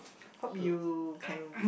hope you can